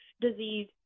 disease